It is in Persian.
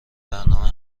برنامه